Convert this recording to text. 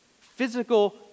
Physical